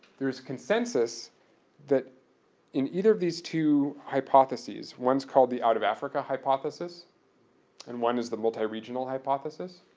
there's consensus that in either of these two hypotheses, one is called the out of africa hypothesis and one is the multi-regional hypothesis,